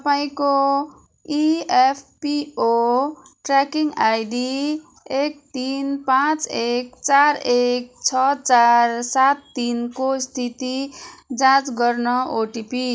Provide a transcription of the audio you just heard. तपाईँँको EPFO tracking ID एक तिन पाँच एक चार एक छ चार सात तिनको स्थिति जाँच गर्न ओटिपी